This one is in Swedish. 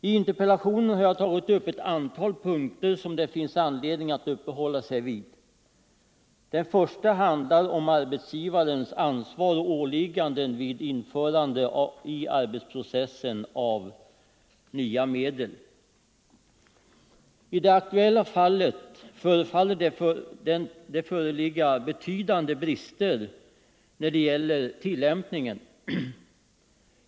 I interpellationen har jag tagit upp ett antal punkter som det finns anledning att uppehålla sig vid. Den första handlar om arbetsgivarens ansvar och åligganden vid införande av nya medel i arbetsprocessen. I det aktuella fallet förefaller det vara betydande brister när det gäller tillämpningen.